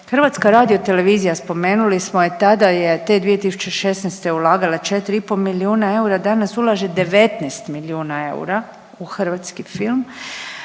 kad gledamo 2016. HRT spomenuli smo je tada je te 2016. ulagala 4,5 milijuna eura, danas ulaže 19 milijuna eura u hrvatski film,